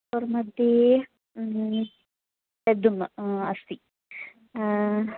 store मध्ये तद् अस्ति